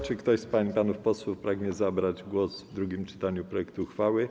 Czy ktoś z pań i panów posłów pragnie zabrać głos w drugim czytaniu projektu uchwały?